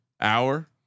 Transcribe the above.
hour